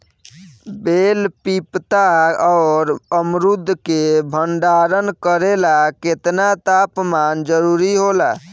बेल पपीता और अमरुद के भंडारण करेला केतना तापमान जरुरी होला?